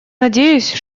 надеюсь